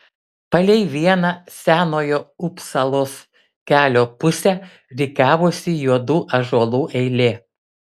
palei vieną senojo upsalos kelio pusę rikiavosi juodų ąžuolų eilė